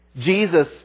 Jesus